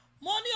money